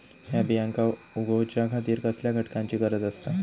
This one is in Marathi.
हया बियांक उगौच्या खातिर कसल्या घटकांची गरज आसता?